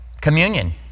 Communion